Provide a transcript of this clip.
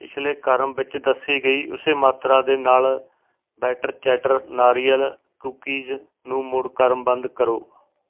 ਪਿਛਲੇ ਕ੍ਰਮ ਵਿੱਚ ਦੱਸੀ ਗਈ ਉਸੇ ਮਾਤਰਾ ਦੇ ਨਾਲ ਬੈਟਰ ਚੈਟਰ ਨਾਰੀਅਲ ਕੂਕੀਜ਼ ਨੂੰ ਮੁੜ ਕ੍ਰਮਬੱਧ ਕਰੋ